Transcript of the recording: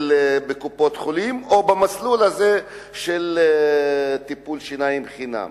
הם לא ילכו לטפל בקופות-החולים או במסלול הזה של טיפול שיניים חינם.